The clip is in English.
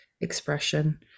expression